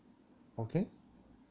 okay